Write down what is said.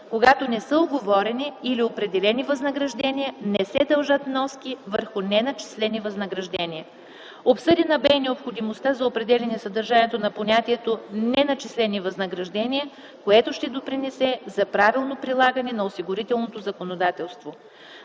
когато не са уговорени или определени възнаграждения, не се дължат вноски върху неначислени възнаграждения. Обсъдена бе и необходимостта за определяне съдържанието на понятието „неначислени възнаграждения”, което ще допринесе за правилно прилагане на осигурителното законодателство.